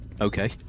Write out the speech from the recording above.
okay